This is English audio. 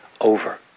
over